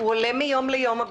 הביקוש עולה מיום ליום.